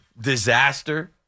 disaster